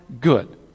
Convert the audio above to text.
good